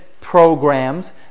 programs